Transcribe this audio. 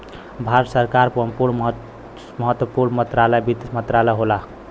भारत सरकार क महत्वपूर्ण मंत्रालय वित्त मंत्रालय होला